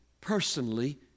personally